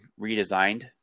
redesigned